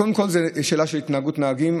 קודם כול, זו שאלה של התנהגות נהגים.